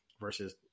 versus